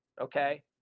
okay